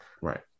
Right